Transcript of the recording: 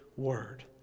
word